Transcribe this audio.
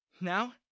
Now